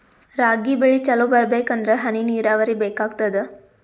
ರಾಗಿ ಬೆಳಿ ಚಲೋ ಬರಬೇಕಂದರ ಹನಿ ನೀರಾವರಿ ಬೇಕಾಗತದ?